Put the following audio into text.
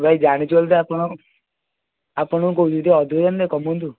ଭାଇ ଜାଣିଛୁ ବୋଲିତ ଆପଣ ଆପଣଙ୍କୁ କହୁଛୁ ଟିକେ ଅଧିକ ହେଇଯାଉଛୁନା କମାନ୍ତୁ